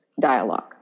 dialogue